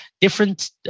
different